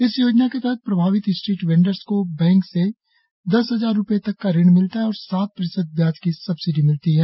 इस योजना के तहत प्रभावित स्ट्रीट वेंडर्स को बैंक से दस हजार रुपये तक का ऋण मिलता है और सात प्रतिशत ब्याज की सब्सिडी मिलती है